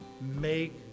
Make